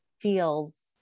feels